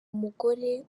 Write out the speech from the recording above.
umugore